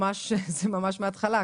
זה ממש מהתחלה,